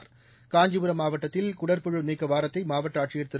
னஞ்சிபரம் மாவட்டத்தில் குடற்புழு நீக்க வாரத்தை மாவட்ட ஆட்சியர் திரு